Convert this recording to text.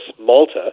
Malta